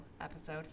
Episode